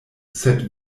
sed